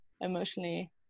emotionally